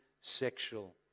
sexual